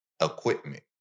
equipment